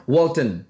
Walton